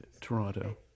Toronto